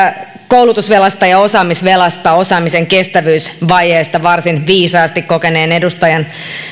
koulutusvelasta ja osaamisvelasta osaamisen kestävyysvajeesta varsin viisaasti kokeneen edustajan